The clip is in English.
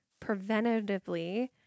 preventatively